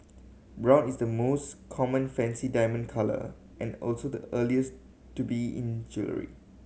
brown is the most common fancy diamond colour and also the earliest to be in jewellery